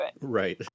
Right